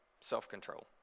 Self-control